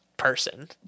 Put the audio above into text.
Person